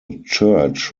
church